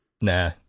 Nah